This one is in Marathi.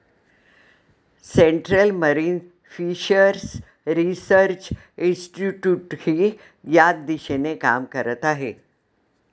सेंट्रल मरीन फिशर्स रिसर्च इन्स्टिट्यूटही याच दिशेने काम करत आहे